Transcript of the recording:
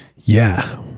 yeah.